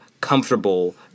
comfortable